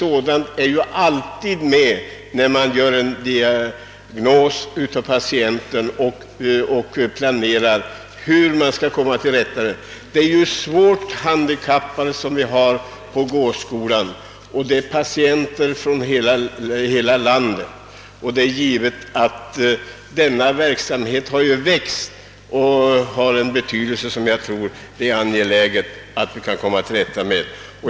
Teamet är ju alltid med när diagnos ställs på patienten och när man därefter planerar hur man skall hjälpa honom. På gåskolan finns patienter som är svårt handikappade. De kommer från hela landet. Denna verksamhet har vuxit och den är nu av mycket stor betydelse.